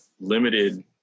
limited